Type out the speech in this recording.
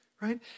right